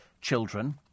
children